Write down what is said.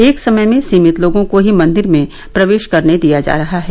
एक समय में सीमित लोगों को ही मंदिर में प्रवेश करने दिया जा रहा है